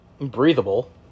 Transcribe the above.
breathable